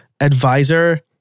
advisor